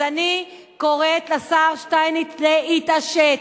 אז אני קוראת לשר שטייניץ להתעשת.